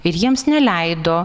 ir jiems neleido